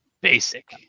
Basic